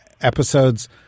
episodes